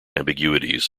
ambiguities